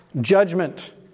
judgment